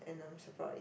and I'm so proud of it